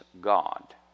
God